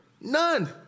None